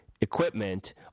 equipment